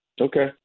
Okay